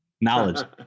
Knowledge